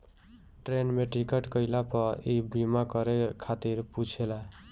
train में ticket कईला पअ इ बीमा करे खातिर पुछेला